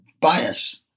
bias